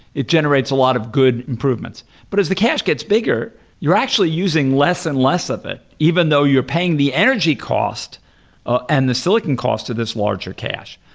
it generates a lot of good improvements, but as the cache gets bigger you're actually using less and less of it, even though you're paying the energy cost ah and the silicon cost of this larger cache.